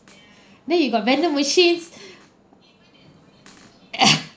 then you got vending machines